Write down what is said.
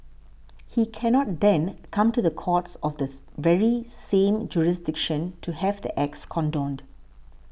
he cannot then come to the courts of the very same jurisdiction to have the acts condoned